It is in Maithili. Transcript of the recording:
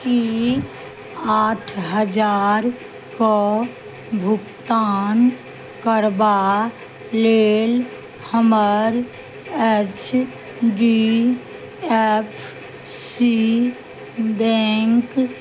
की आठ हजारकेँ भुगतान करबा लेल हमर H D F C bank